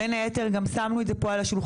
בין היתר גם שמנו את זה פה על השולחן.